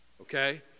okay